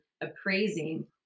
appraising